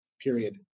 period